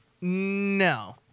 No